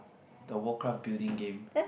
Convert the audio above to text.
the Warcraft building game